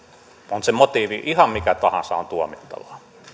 on se motiivi ihan mikä tahansa on tuomittavaa